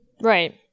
Right